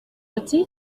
ati